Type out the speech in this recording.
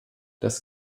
das